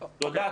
תודה.